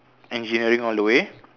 engineering all the way